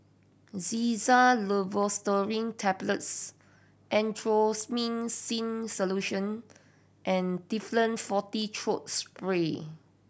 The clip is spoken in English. Xyzal Levocetirizine Tablets Erythroymycin Solution and Difflam Forte Throat Spray